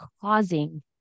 causing